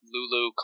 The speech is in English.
Lulu